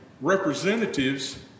representatives